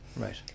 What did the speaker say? Right